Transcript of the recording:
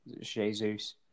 Jesus